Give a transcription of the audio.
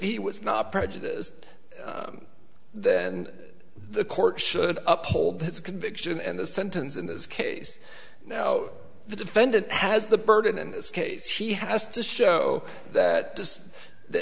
he was not prejudiced then the court should uphold his conviction and the sentence in this case now the defendant has the burden in this case he has to show that this th